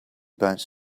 bench